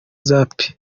zappy